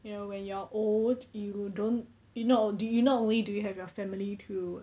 you know when you are old you don't you not do you not only do you have your family to